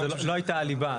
זאת לא הייתה הליבה.